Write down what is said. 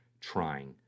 trying